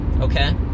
Okay